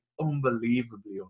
unbelievably